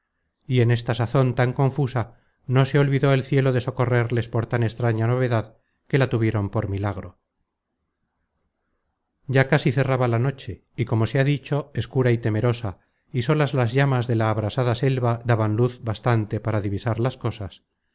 y en esta sazon tan confusa no se olvidó el cielo de socorrerles por tan extraña novedad que la tuvieron por milagro content from google book search generated at ya casi cerraba la noche y como se ha dicho escura y temerosa y solas las llamas de la abrasada selva daban luz bastante para divisar las cosas